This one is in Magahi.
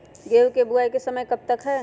गेंहू की बुवाई का समय कब तक है?